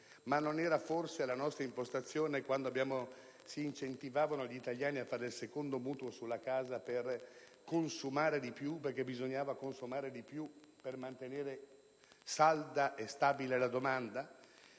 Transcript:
Non era forse la nostra impostazione quando si incentivavano gli italiani a fare il secondo mutuo sulla casa per consumare di più, perché questo era necessario per mantenere salda e stabile la domanda?